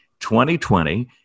2020